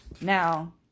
Now